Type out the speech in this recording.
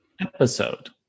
episode